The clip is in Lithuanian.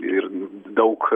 ir daug